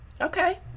Okay